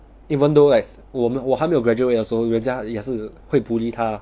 even though like 我们我还没有 graduate 的时候人家也是会 bully 他